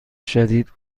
شدید